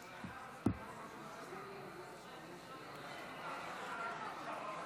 11 נגד, אחד